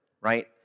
right